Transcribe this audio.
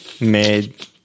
made